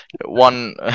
one